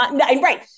right